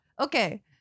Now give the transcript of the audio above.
okay